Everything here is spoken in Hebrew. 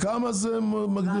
בכמה זה מגדיל?